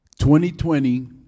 2020